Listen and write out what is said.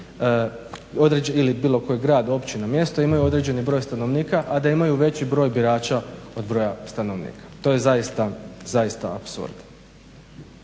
ili bilo koji grad, općina, mjesto imaju određeni broj stanovnika a da imaju veći broj birača od broja stanovnika, to je zaista apsurdno.